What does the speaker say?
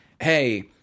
hey